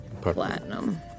platinum